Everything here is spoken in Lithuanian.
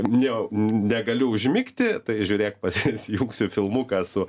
ne negaliu užmigti tai žiūrėk pasijunksiu filmuką su